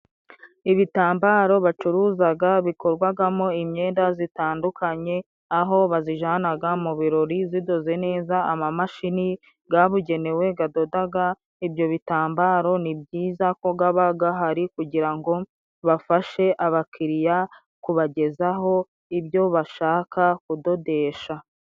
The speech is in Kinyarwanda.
Ibitambaro bacuruzaga bikorwagamo imyenda zitandukanye, aho bazijanaanaga mu birori zidoze neza, amamashini gabugenewe gadodaga ibyo bitambaro, ni byiza ko gaba gahari, kugira ngo bafashe abakiriya kubagezaho ibyo bashaka kudodesha.